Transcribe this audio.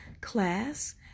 class